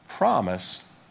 Promise